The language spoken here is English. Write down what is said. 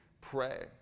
pray